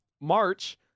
March